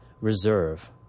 reserve